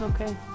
Okay